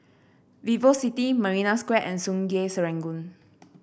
Vivo City Marina Square and Sungei Serangoon